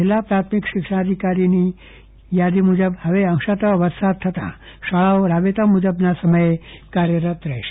જિલ્લા પ્રાથમિક શિક્ષણાધિકારીની યાદી મુજબ હવે અંશત વરસાદ થતા શાળાઓ રાબેતા મુજબના સમયે કાર્યરત રહેશે